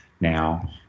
now